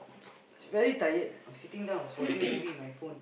it's very tired I was sitting down I was watching movie with my phone